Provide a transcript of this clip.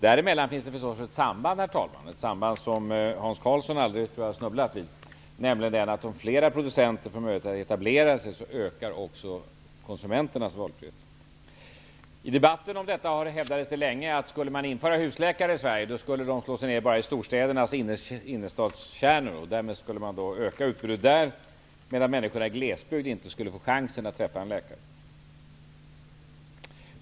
Däremellan finns det förstås ett samband, herr talman, ett samband som jag tror att Hans Karlsson aldrig har snuddat vid, nämligen att om flera producenter får möjlighet att etablera sig, ökar också konsumenternas valfrihet. I debatten om detta hävdades det länge att om man skulle införa ett system med husläkare i Sverige, skulle dessa slå sig ner endast i storstädernas innerstadskärnor, där utbudet alltså skulle öka, medan människorna i glesbygd inte skulle få chansen att träffa en läkare.